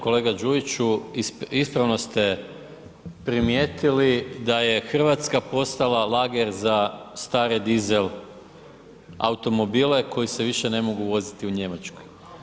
Kolega Đujiću ispravno ste primijetili da je Hrvatska postala lager za stare dizel automobile koji se više ne mogu voziti u Njemačkoj.